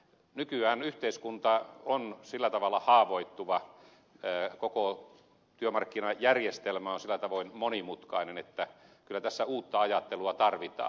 nykyään yhteiskunta on sillä tavalla haavoittuva koko työmarkkinajärjestelmä on sillä tavoin monimutkainen että kyllä tässä uutta ajattelua tarvitaan